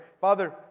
Father